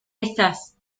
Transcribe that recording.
estás